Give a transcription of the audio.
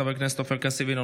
חבר הכנסת עופר כסיף,